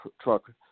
truck